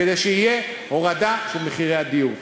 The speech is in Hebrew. כדי שתהיה הורדה של מחירי הדיור.